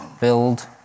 Build